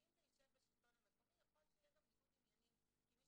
אם זה ישב בשלטון המקומי יכול להיות שיהיה ניגוד עניינים כי מי